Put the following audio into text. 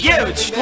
Huge